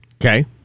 Okay